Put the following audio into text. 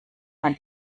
man